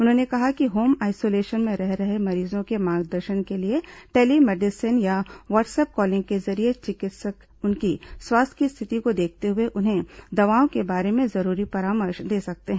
उन्होंने कहा कि होम आइसोलेशन में रह रहे मरीजों के मार्गदर्शन के लिए टेली मेडिसीन या व्हाट्सप कॉलिंग के जरिये चिकित्सक उनकी स्वास्थ्य की स्थिति को देखते हुए उन्हें दवाओं के बारे में जरूरी परामर्श दे सकते हैं